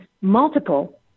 multiple